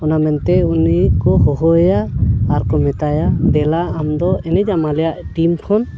ᱚᱱᱟ ᱢᱮᱱᱛᱮ ᱩᱱᱤ ᱠᱚ ᱦᱚᱦᱚᱣ ᱟᱭᱟ ᱟᱨ ᱠᱚ ᱢᱮᱛᱟᱭᱟ ᱫᱮᱞᱟ ᱟᱢ ᱫᱚ ᱮᱱᱮᱡᱟᱢ ᱟᱞᱮᱭᱟ ᱴᱤᱢ ᱠᱷᱚᱱ